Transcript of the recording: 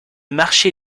marché